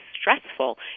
stressful